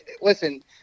listen